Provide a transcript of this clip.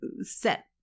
set